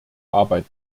arbeit